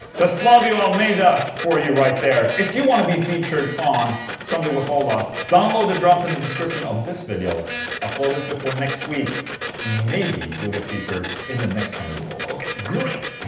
that's flavio almeida for you right there if you want to be featured on sunday with ola, download the drums in the description of this video upload it before next week and maybe you'll get featured in the next sunday with ola, ok? great.